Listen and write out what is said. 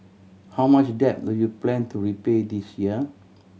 how much debt do you plan to repay this year